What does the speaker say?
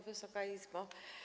Wysoka Izbo!